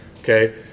okay